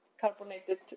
carbonated